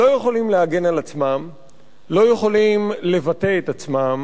לא יכולים להגן על עצמם,